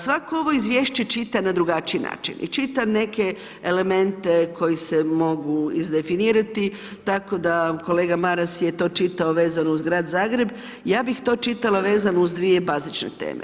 Svako ovo izvješće čita na drugačiji način i čita neke elemente koji se mogu izdefinirati tako da kolega Maras je to čitao vezano uz grad Zagreb, ja bih to čitala uz dvije bazične teme.